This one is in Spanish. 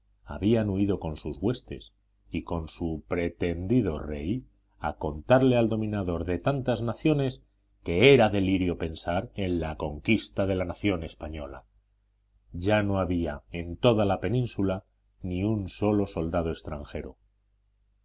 habían huido con sus huestes y con su pretendido rey a contarle al dominador de tantas naciones que era delirio pensar en la conquista de la nación española ya no había en toda la península ni un solo soldado extranjero